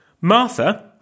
Martha